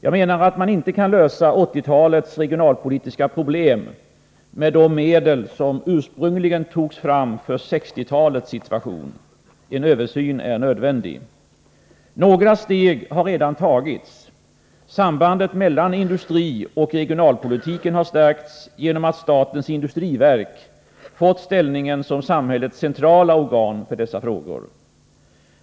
Jag menar att man inte löser 1980-talets regionalpolitiska problem med de medel som ursprungligen togs fram för 1960-talets situation. En översyn är nödvändig. Några steg har redan tagits. Sambandet mellan industrioch regionalpolitiken har stärkts genom att statens industriverk fått ställningen som samhällets centrala organ för dessa frågor.